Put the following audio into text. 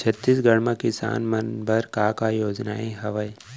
छत्तीसगढ़ म किसान मन बर का का योजनाएं हवय?